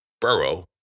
Burrow